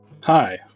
Hi